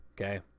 okay